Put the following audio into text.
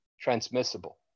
transmissible